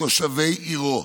תושבי עירו,